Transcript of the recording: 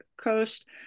coast